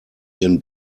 ihren